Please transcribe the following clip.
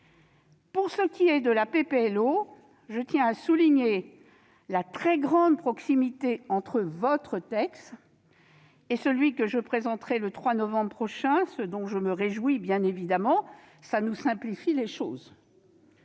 de loi organique, je tiens à souligner la très grande proximité entre votre texte et celui que je présenterai le 3 novembre prochain, ce dont je me réjouis, tant cela nous simplifiera les choses.